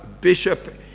Bishop